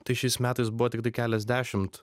tai šiais metais buvo tiktai keliasdešimt